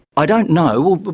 i don't know. but